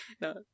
no